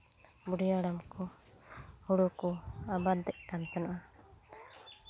ᱵᱩᱲᱦᱤ ᱦᱟᱲᱟᱢ ᱠᱚ ᱦᱳᱲᱳ ᱠᱚ ᱟᱵᱟᱫᱮᱜ ᱠᱟᱱ ᱛᱟᱦᱮᱱᱟ